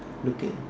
looking